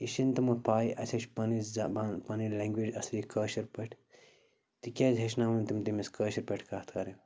یہِ چھِنہٕ تِمَن پَے اَسے چھِ پنٕنۍ زبان پنٕنۍ لٮ۪نٛگویج اَصلی کٲشِر پٲٹھۍ تِکیٛازِ ہیٚچھناوان تِم تٔمِس کٲشِر پٲٹھۍ کَتھ کَرٕنۍ